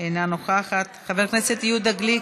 אינה נוכחת, חבר הכנסת יהודה גליק,